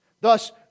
Thus